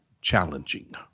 challenging